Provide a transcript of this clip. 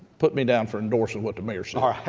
put me down for endorsing what the mayor said. all right.